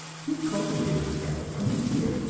he has cultivated this habit for many years,